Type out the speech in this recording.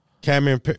Cameron